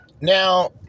Now